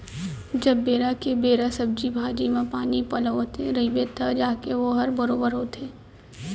जब बेरा के बेरा सब्जी भाजी म पानी पलोवत रइबे तव जाके वोहर बरोबर होथे